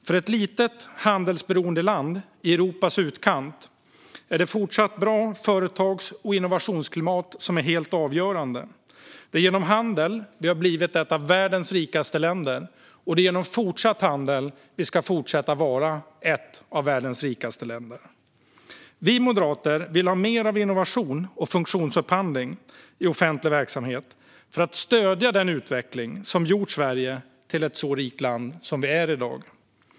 För ett litet handelsberoende land i Europas utkant är ett bra företags och innovationsklimat fortfarande helt avgörande. Det är genom handel som vi har blivit ett av världens rikaste länder, och det är genom fortsatt handel vi ska fortsätta vara det. Vi moderater vill ha mer av innovation och funktionsupphandling i offentlig verksamhet för att fortsätta stödja den utveckling som gjort Sverige till det rika land vi är i dag.